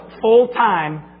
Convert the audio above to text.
full-time